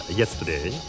yesterday